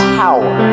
power